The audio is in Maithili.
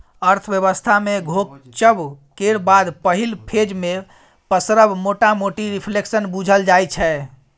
अर्थव्यवस्था मे घोकचब केर बाद पहिल फेज मे पसरब मोटामोटी रिफ्लेशन बुझल जाइ छै